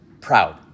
proud